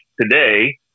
today